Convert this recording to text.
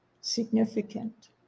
significant